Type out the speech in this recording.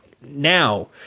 now